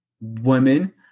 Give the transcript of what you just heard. women